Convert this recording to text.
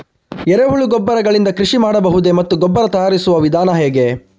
ಎರೆಹುಳು ಗೊಬ್ಬರ ಗಳಿಂದ ಕೃಷಿ ಮಾಡಬಹುದೇ ಮತ್ತು ಗೊಬ್ಬರ ತಯಾರಿಸುವ ವಿಧಾನ ಹೇಗೆ?